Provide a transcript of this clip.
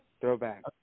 Throwback